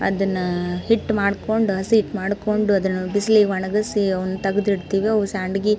ಅದನ್ನು ಹಿಟ್ಟು ಮಾಡಿಕೊಂಡು ಹಸಿ ಹಿಟ್ಟು ಮಾಡಿಕೊಂಡು ಅದನ್ನು ಬಿಸ್ಲಿಗೆ ಒಣಗಿಸಿ ಅವ್ನ ತೆಗ್ದ್ ಇಡ್ತೀವಿ ಅವು ಸಂಡ್ಗೆ